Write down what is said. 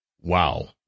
Wow